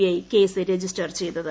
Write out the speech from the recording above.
I case register ചെയ്തത്